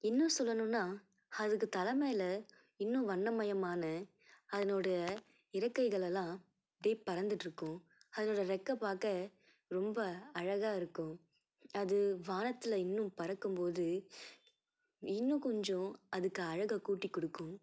இன்னும் சொல்லணும்னால் அதுக்கு தலை மேலே இன்னும் வண்ணமயமான அதனோடய இறக்கைகளெல்லாம் அப்படியே பறந்துகிட்டு இருக்கும் அதனோடய றெக்கை பார்க்க ரொம்ப அழகாக இருக்கும் அது வானத்தில் இன்னும் பறக்கும் போது இன்னும் கொஞ்சம் அதுக்கும் அழகை கூட்டி கொடுக்கும்